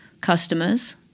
customers